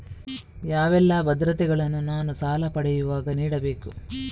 ಯಾವೆಲ್ಲ ಭದ್ರತೆಗಳನ್ನು ನಾನು ಸಾಲ ಪಡೆಯುವಾಗ ನೀಡಬೇಕು?